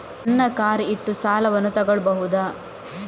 ನನ್ನ ಕಾರ್ ಇಟ್ಟು ಸಾಲವನ್ನು ತಗೋಳ್ಬಹುದಾ?